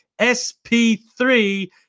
SP3